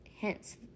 Hence